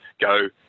go